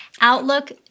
Outlook